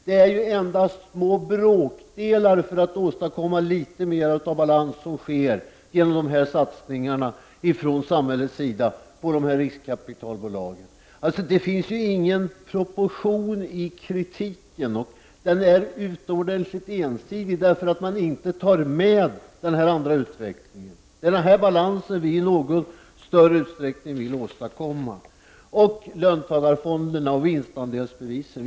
De satsningar som sker från samhällets sida genom riskkapitalbolagen är endast små bråkdelar för att åstadkomma litet mera av balans. Det finns ingen proportion i kritiken. Den är utomordentligt ensidig därför att man inte tar med den andra utvecklingen. Men vi försöker i något större utsträckning åstadkomma en balans. Så var det löntagarfonderna och vinstandelsbevisen.